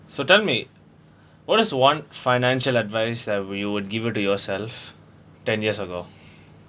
so tell me what is one financial advice that you would give to yourself ten years ago